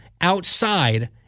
outside